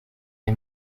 les